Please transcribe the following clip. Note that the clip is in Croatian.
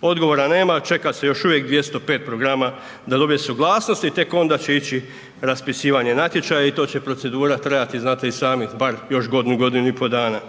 Odgovora nema, čeka se još uvijek 205 programa da dobije suglasnost i tek onda će ići raspisivanje natječaja i to će procedura trajati znate i sami bar još godinu, godinu i po dana,